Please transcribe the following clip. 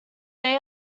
they